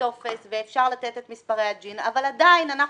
אבל התגלגלו הדברים.